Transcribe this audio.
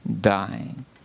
dying